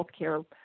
healthcare